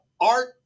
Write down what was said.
art